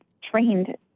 trained